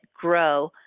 grow